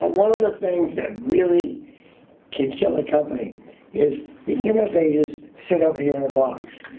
ah one of the things that really can kill a company is the innovators sit over here in a box,